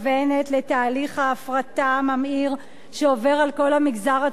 לתהליך ההפרטה הממאיר שעובר על כל המגזר הציבורי בישראל.